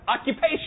occupation